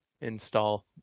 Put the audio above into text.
install